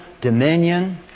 dominion